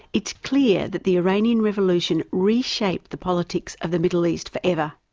it's clear that the iranian revolution reshaped the politics of the middle east forever.